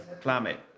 climate